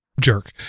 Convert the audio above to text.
jerk